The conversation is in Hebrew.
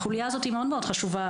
החוליה הזאת מאוד מאוד חשובה.